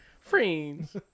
Friends